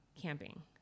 camping